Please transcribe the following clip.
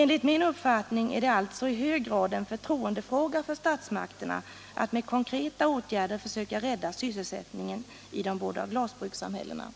Enligt min uppfattning är det alltså i hög grad en förtroendefråga för statsmakterna att med konkreta åtgärder försöka rädda sysselsättningen i de båda glasbrukssamhällena.